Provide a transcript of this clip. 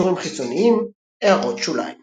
קישורים חיצוניים == הערות שוליים ==